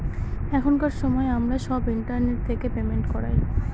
এখনকার সময় আমরা সব ইন্টারনেট থেকে পেমেন্ট করায়